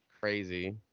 crazy